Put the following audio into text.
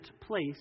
place